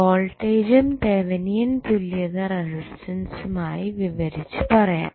വോൾട്ടേജും തെവനിയൻ തുല്യത റെസിസ്റ്റൻറ് മായി വിവരിച്ചു പറയാം